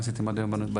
מה עשיתם עד היום בנדון?